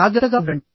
జాగ్రత్తగా ఉండండి